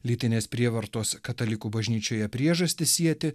lytinės prievartos katalikų bažnyčioje priežastis sieti